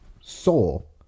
soul